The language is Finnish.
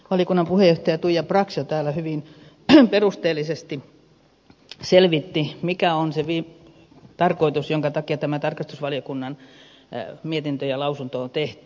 valiokunnan puheenjohtaja tuija brax jo täällä hyvin perusteellisesti selvitti mikä on se tarkoitus jonka takia tämä tarkastusvaliokunnan mietintö ja lausunto on tehty